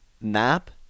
nap